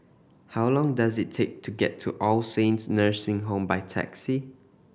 how long does it take to get to All Saints Nursing Home by taxi